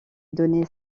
donner